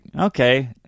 okay